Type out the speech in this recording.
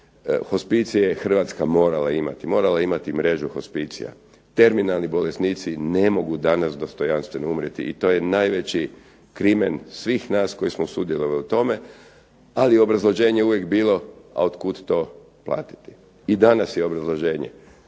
hospicije je Hrvatska morala imati, morala je imati mrežu hospicija, terminalni bolesnici ne mogu danas dostojanstveno umrijeti i to je najveći krimen svih nas koji smo sudjelovali u tome, ali obrazloženje je uvijek bilo a od kud to platiti. I danas je obrazloženje